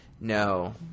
No